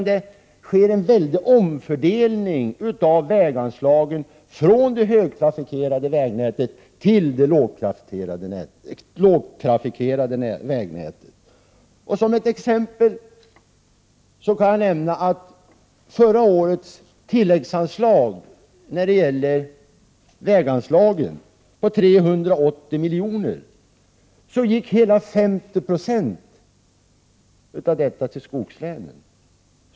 Det sker en stor omfördelning av väganslaget från det högtrafikerade vägnätet till det lågtrafikerade vägnätet. Som exempel kan nämnas att av förra årets Prot. 1988/89:107 tilläggsanslag när det gäller väganslaget på 380 milj.kr. gick hela 50 20 av 2 maj 1989 dessa medel till skogslänen.